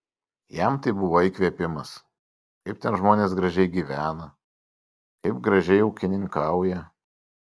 jam tai buvo įkvėpimas kaip ten žmonės gražiai gyvena kaip gražiai ūkininkauja